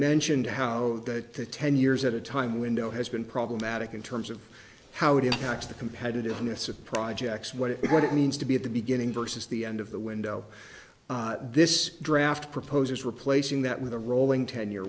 mentioned how that the ten years at a time window has been problematic in terms of how it impacts the competitiveness of projects what it what it means to be at the beginning versus the end of the window this draft proposes replacing that with a rolling ten